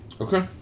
Okay